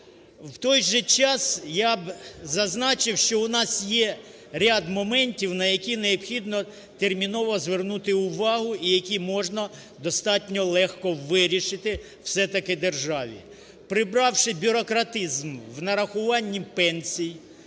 В той же час, я б зазначив, що у нас є ряд моментів, на які необхідно терміново звернути увагу і які можна достатньо легко вирішити, все-таки державі. Прибравши бюрократизм в нарахуванні пенсій,